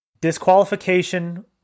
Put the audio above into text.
disqualification